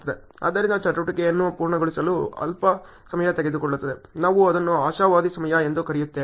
ಆದ್ದರಿಂದ ಚಟುವಟಿಕೆಯನ್ನು ಪೂರ್ಣಗೊಳಿಸಲು ಅಲ್ಪ ಸಮಯ ತೆಗೆದುಕೊಳ್ಳುತ್ತದೆ ನಾವು ಅದನ್ನು ಆಶಾವಾದಿ ಸಮಯ ಎಂದು ಕರೆಯುತ್ತೇವೆ